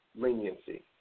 leniency